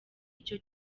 icyo